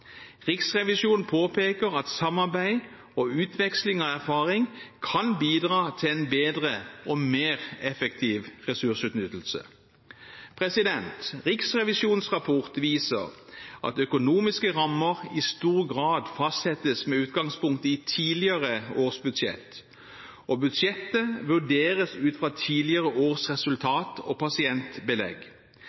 Riksrevisjonen påpeker at samarbeid og utveksling av erfaring kan bidra til en bedre og mer effektiv ressursutnyttelse. Riksrevisjonens rapport viser at økonomiske rammer i stor grad fastsettes med utgangspunkt i tidligere års budsjett, og budsjettet vurderes ut fra tidligere års resultat og pasientbelegg.